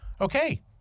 okay